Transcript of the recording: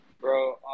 Bro